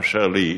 אשר לי,